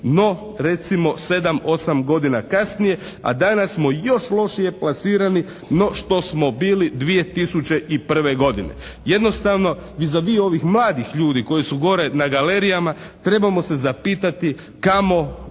no recimo 7, 8 godina kasnije, a danas smo još lošije plasirani no što smo bili 2001. godine. Jednostavno vis a vis ovih mladih ljudi koji su gore na galerijama trebamo se zapitati kamo